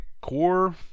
core